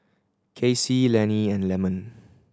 Kaycee Lennie and Lemon